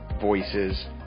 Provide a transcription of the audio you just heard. voices